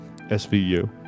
SVU